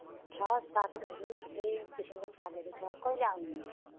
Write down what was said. ए छ सागहरू थुप्रै किसिमको सागहरू छ कहिले आउनुहुने